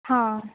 ହଁ